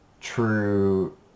true